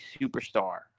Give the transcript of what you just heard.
superstar